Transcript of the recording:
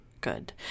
good